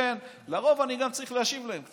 לרוב אני גם צריך להשיב להם,